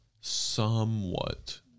somewhat